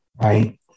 right